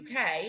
UK